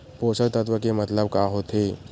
पोषक तत्व के मतलब का होथे?